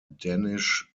danish